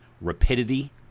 rapidity